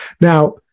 Now